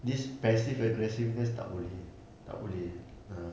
this passive aggressiveness tak boleh tak boleh ah